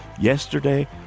Yesterday